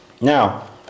Now